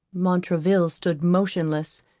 montraville stood motionless,